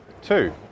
Two